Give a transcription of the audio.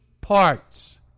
parts